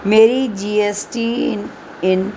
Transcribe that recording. میری G S T in in